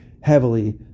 heavily